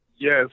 Yes